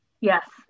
Yes